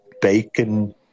bacon